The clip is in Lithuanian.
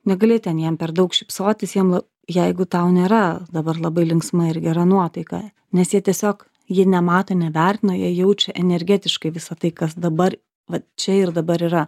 negali ten jam per daug šypsotis jam jeigu tau nėra dabar labai linksma ir gera nuotaika nes jie tiesiog jie nemato nevertina jie jaučia energetiškai visą tai kas dabar va čia ir dabar yra